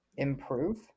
improve